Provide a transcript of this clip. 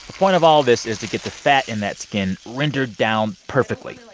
point of all this is to get the fat in that skin rendered down perfectly.